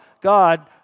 God